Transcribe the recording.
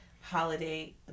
holiday